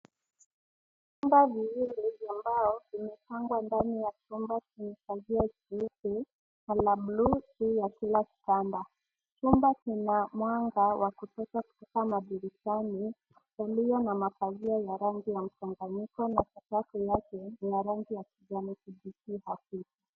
Vitanda viwili vya mbao vimepangwa ndani ya chumba chandarua ya(cs) blue(cs) ndani ya kila kitanda. Chumba kina mwanga wa kutosha kutoka mandirishani yaliyona mapazia ya rangi ya mchanganyiko na sakafu yake ina rangi ya kijani kibichi.